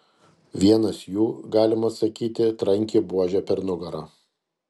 vienas jų galima sakyti trankė buože per nugarą